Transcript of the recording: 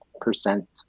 percent